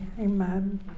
amen